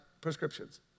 prescriptions